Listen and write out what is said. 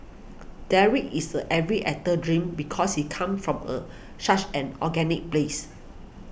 Derek is every actor's dream because he comes from a such an organic place